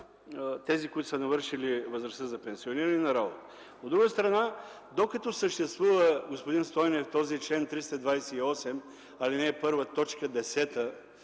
тези, които са навършили възрастта за пенсиониране на работа. От друга страна, докато съществува, господин Стойнев, този чл. 328, ал. 1, т. 10,